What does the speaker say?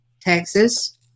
Texas